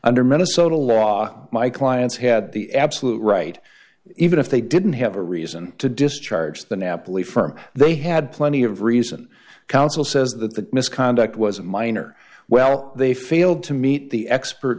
under minnesota law my clients had the absolute right even if they didn't have a reason to discharge the napoli firm they had plenty of reason counsel says that the misconduct was minor well they failed to meet the expert